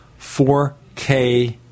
4k